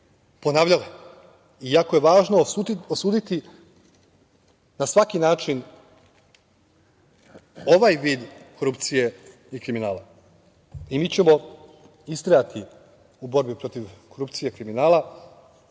ponavljale i jako je važno osuditi na svaki način ovaj vid korupcije i kriminala i mi ćemo istrajati u borbi protiv korupcije, kriminala